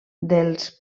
dels